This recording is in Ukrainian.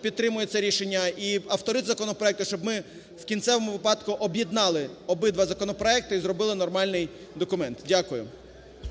підтримує це рішення, і автори законопроекту, щоб ми в кінцевому випадку об'єднали обидва законопроекти і зробили нормальний документ. Дякую.